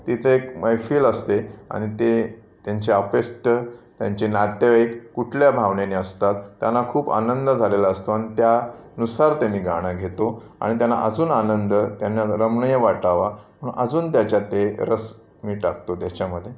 तिथे एक मैफिल असते आणि ते त्यांचे आप्तेष्ट त्यांचे नातेवाईक कुठल्या भावनेनी असतात त्यांना खूप आनंद झालेला असतो अन त्यानुसार ते मी गाणं घेतो अन त्यांना अजून आनंद त्यांना रमणीय वाटावं म्हणून अजून त्याच्यात ते रस मी टाकतो त्याच्यामध्ये